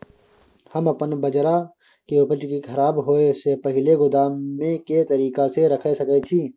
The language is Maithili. हम अपन बाजरा के उपज के खराब होय से पहिले गोदाम में के तरीका से रैख सके छी?